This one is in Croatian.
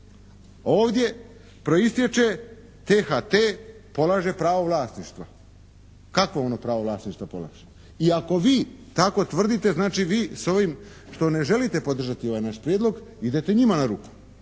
Ovdje proistječe THT polaže pravo vlasništva. Kakvo ono pravo vlasništva polaže? I ako vi tako tvrdite znači vi s ovim što ne želite podržati ovaj naš prijedlog idete njima na ruku,